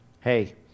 Hey